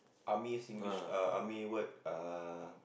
army Singlish uh army word uh